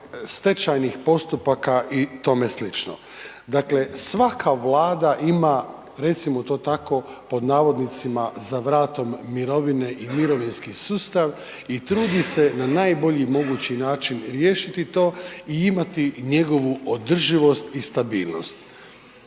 stečajnih postupaka itsl. Dakle svaka Vlada ima recimo to tako „za vratom“ mirovine i mirovinski sustav i trudi se na najbolji mogući način riješiti to i imati njegovu održivost i stabilnost.